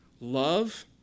love